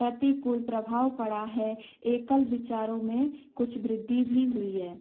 प्रतिकूल प्रभाव पड़ा है एकल विचारों में कुछ वृद्धि भी हुई है